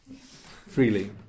freely